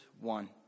one